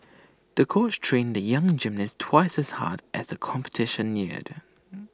the coach trained the young gymnast twice as hard as the competition neared